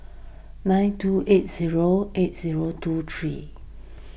nine two eight zero eight zero two three